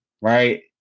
Right